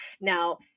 Now